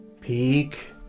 Peak